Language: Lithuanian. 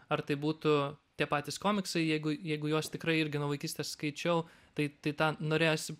ar tai būtų tie patys komiksai jeigu jeigu juos tikrai irgi nuo vaikystės skaičiau tai tai tą norėjosi